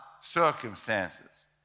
circumstances